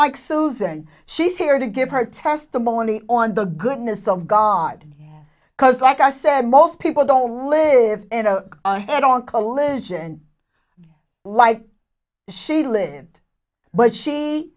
like susan she's here to give her testimony on the goodness of god because like i said most people don't live in a head on collision like she lived but